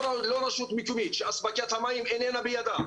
לא רשות מקומית שאספקת המים איננה בידה.